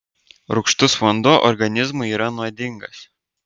rūgštus vanduo organizmui yra nuodingas